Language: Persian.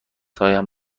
هایم